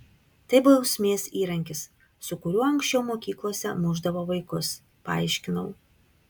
tai bausmės įrankis su kuriuo anksčiau mokyklose mušdavo vaikus paaiškinau